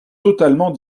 totalement